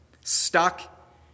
stuck